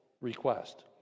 request